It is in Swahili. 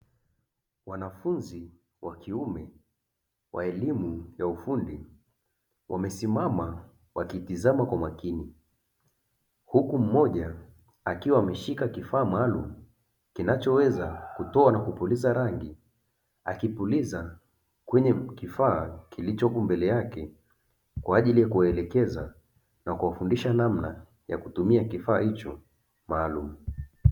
Wanafunzi wa kiume, wa elimu ya ufundi, wamesimama wakitazama kwa makini, huku mmoja akiwa ameshika kifaa maalumu, kinachoweza kutoa na kupuliza rangi; akipuliza kwenye kifaa kilichopo mbele yake kwa ajili ya kuwaelekeza na kuwafundisha namna ya kutumia kifaa hicho maalumu.